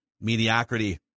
mediocrity